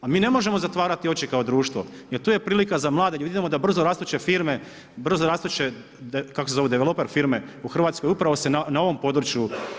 A mi ne možemo zatvarati oči kao društvo jer tu je prilika za mlade ljude, vidimo da brzo rastuće firme, brzo rastuće, kako se zovu, developer firme u Hrvatskoj upravo se na ovom području.